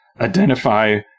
identify